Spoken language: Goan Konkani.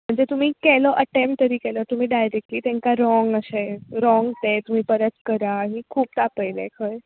म्हणजे तुमी केलो अटॅम्पट तरी केलो डायरेक्टली तेंका व्राँग अशे व्रॉंग ते अशे परत करा की खूब तापयले खंय